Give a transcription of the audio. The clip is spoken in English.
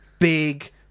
Big